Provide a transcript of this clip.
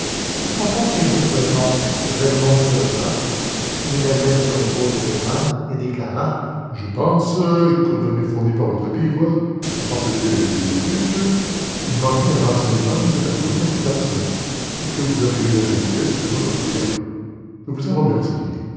qu'en pensez-vous velmont velmont se leva mit la main sur l'épaule de devanne et déclara je pense qu'aux données fournies par votre livre et par celui de la bibliothèque il manquait un renseignement de la plus haute importance et que vous avez eu la gentillesse de me l'offrir je vous en remercie